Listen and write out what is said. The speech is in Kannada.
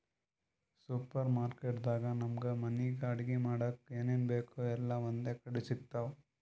ಸೂಪರ್ ಮಾರ್ಕೆಟ್ ದಾಗ್ ನಮ್ಗ್ ಮನಿಗ್ ಅಡಗಿ ಮಾಡಕ್ಕ್ ಏನೇನ್ ಬೇಕ್ ಎಲ್ಲಾ ಒಂದೇ ಕಡಿ ಸಿಗ್ತಾವ್